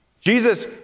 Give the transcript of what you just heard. Jesus